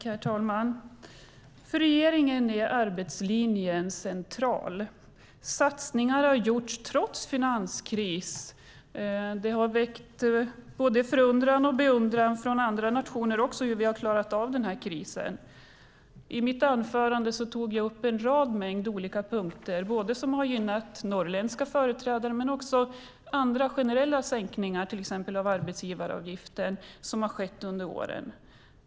Herr talman! För regeringen är arbetslinjen central. Satsningar har gjorts trots finanskris. Hur vi har klarat av krisen har väckt både förundran och beundran hos andra nationer. I mitt anförande tog jag upp en mängd olika saker som har gynnat norrländska företagare men också generella sänkningar som har skett under åren, till exempel av arbetsgivaravgifter.